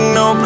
no